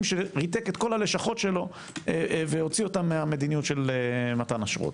שריתק את כל הלשכות שלו והוציא אותם מהמדיניות של מתן אשרות.